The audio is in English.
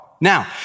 Now